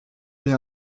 mais